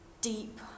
deep